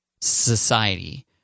society